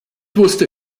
wusste